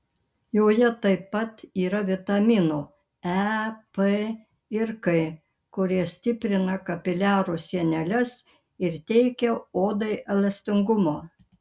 joje taip pat yra vitaminų e p ir k kurie stiprina kapiliarų sieneles ir teikia odai elastingumo